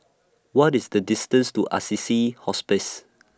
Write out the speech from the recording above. What IS The distance to Assisi Hospice